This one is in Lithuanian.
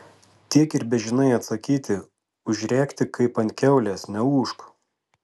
tiek ir bežinai atsakyti užrėkti kaip ant kiaulės neūžk